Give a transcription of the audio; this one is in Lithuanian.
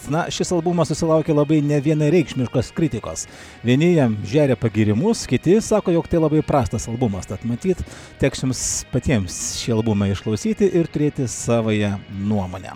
na šis albumas susilaukė labai nevienareikšmiškos kritikos vieni jam žeria pagyrimus kiti sako jog tai labai prastas albumas tad matyt teks jums patiems šį albumą išklausyti ir turėti savąją nuomonę